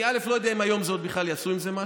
אני לא יודע אם היום בכלל יעשו עם זה משהו,